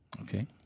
Okay